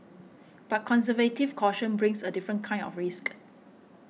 but conservative caution brings a different kind of risk